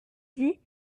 dit